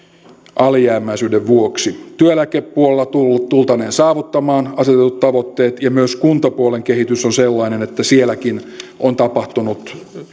alijäämäisyyden vuoksi työeläkepuolella tultaneen saavuttamaan asetetut tavoitteet ja myös kuntapuolen kehitys on sellainen että sielläkin on tapahtunut